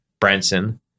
branson